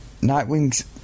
nightwing's